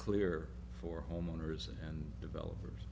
clear for homeowners and developers